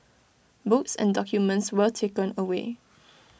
books and documents were taken away